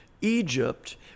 Egypt